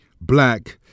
black